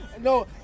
No